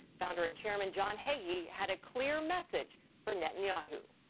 founder and chairman john hagi had a clear message for netanyahu.